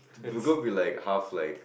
will go be like half like